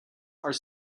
are